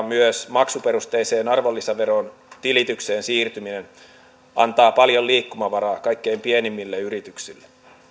myös maksuperusteiseen arvonlisäveron tilitykseen siirtyminen antaa paljon liikkumavaraa kaikkein pienimmille yrityksille